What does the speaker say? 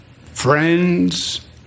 friends